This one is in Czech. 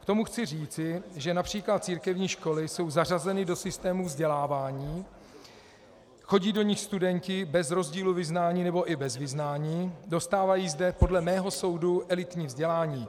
K tomu chci říci, že například církevní školy jsou zařazeny do systému vzdělávání, chodí do nich studenti bez rozdílu vyznání nebo i bez vyznání, dostávají zde podle mého soudu elitní vzdělání.